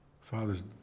father's